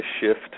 shift